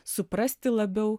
suprasti labiau